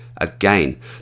Again